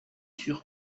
sûr